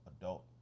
adult